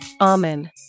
Amen